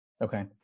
Okay